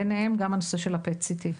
ביניהם גם הנושא של ה-PET-CT.